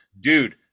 Dude